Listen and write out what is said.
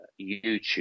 YouTube